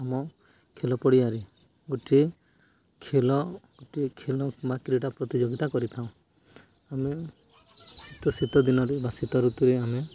ଆମ ଖେଳ ପଡ଼ିଆରେ ଗୋଟିଏ ଖେଳ ଗୋଟିଏ ଖେଳ କିମ୍ବା କ୍ରୀଡ଼ା ପ୍ରତିଯୋଗିତା କରିଥାଉ ଆମେ ଶୀତ ଶୀତ ଦିନରେ ବା ଶୀତ ଋତୁରେ ଆମେ